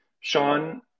Sean